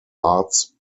arts